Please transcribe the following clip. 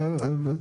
ערפאת.